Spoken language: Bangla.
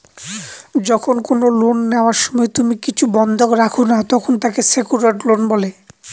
যখন কোনো লোন নেওয়ার সময় তুমি কিছু বন্ধক রাখো না, তখন তাকে সেক্যুরড লোন বলে